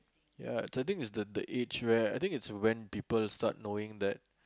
ya the thing is the the age where is when people start knowing that